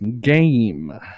game